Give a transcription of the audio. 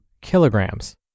kilograms